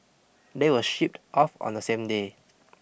they were shipped off on the same day